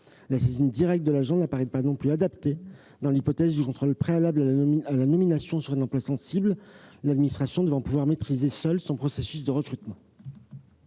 La saisine directe de l'agent ne paraît pas non plus adaptée dans le cadre du contrôle préalable à la nomination sur un emploi sensible, l'administration devant pouvoir maîtriser seule son processus de recrutement.